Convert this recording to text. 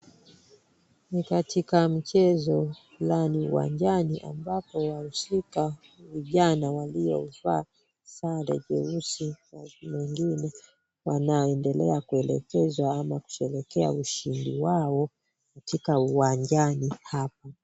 Ni katika mchezo fulani uwanjani ambapo wahusika hujaa, na waliovaa sare jeusi na wengine wanaendelea kuelekezwa ama kusherekea ushindi wao katika uwanjani hapo.